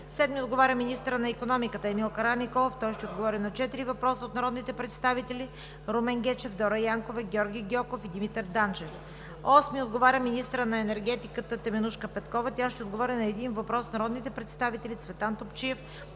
Седми отговаря министърът на икономиката Емил Караниколов. Той ще отговори на четири въпроса от народните представители Румен Гечев; Дора Янкова; Георги Гьоков; и Димитър Данчев. Осми отговаря министърът на енергетиката Теменужка Петкова. Тя ще отговори на един въпрос от народните представители Цветан Топчиев